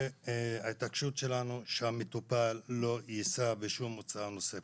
אנחנו מתעקשים על זה שהמטופל לא יישא בשום הוצאה נוספת,